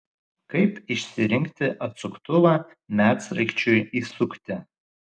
kaip išsirinkti atsuktuvą medsraigčiui įsukti